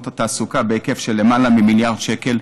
תעסוקה בהיקף של למעלה ממיליארד שקל.